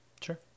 Sure